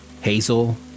Hazel